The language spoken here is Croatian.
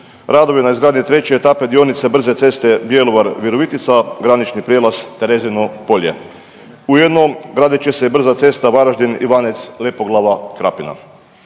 radovi na izgradnji treće etape dionice brze ceste Bjelovar-Virovitica, granični prijelaz Terezino polje. Ujedno gradit će se i brza cesta Varaždin-Ivanec-Lepoglava-Krapina.